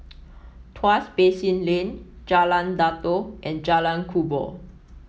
Tuas Basin Lane Jalan Datoh and Jalan Kubor